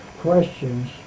questions